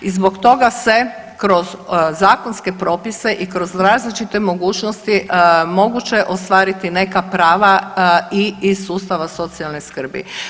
I zbog toga se kroz zakonske propise i kroz različite mogućnosti moguće ostvariti neka prava i iz sustava socijalne skrbi.